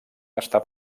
està